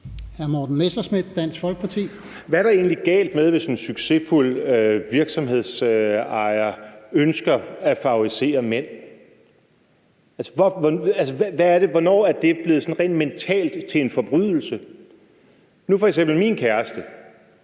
Hvad er der egentlig galt med, at en succesfuld virksomhedsejer ønsker at favorisere mænd? Hvornår er det sådan rent mentalt blevet til en forbrydelse? Nu er f.eks. min kæreste